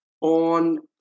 on